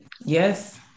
Yes